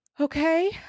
Okay